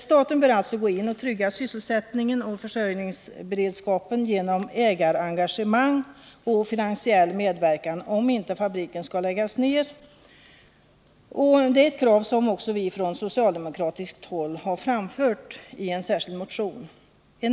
Staten bör alltså gå in och trygga sysselsättningen och försörjningsberedskapen genom ägarengagemang och finansiell medverkan, om inte fabriken skall läggas ner, ett krav som vi från socialdemokratiskt håll har framfört i en särskild motion.